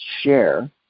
share